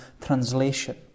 translation